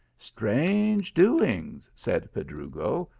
strange doings, said pedrugo,